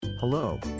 Hello